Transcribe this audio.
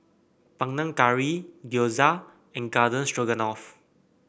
Panang Curry Gyoza and Garden Stroganoff